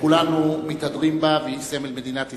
שכולנו מתהדרים בה והיא סמל מדינת ישראל,